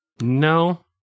No